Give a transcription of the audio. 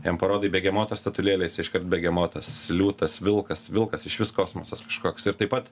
jam parodai begemoto statulėlę jisai iškart begemotas liūtas vilkas vilkas išvis kosmosas kažkoks ir taip pat